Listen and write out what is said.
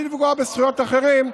בלי לפגוע בזכויות של אחרים,